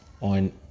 on